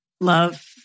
love